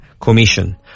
commission